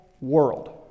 world